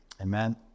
Amen